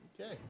Okay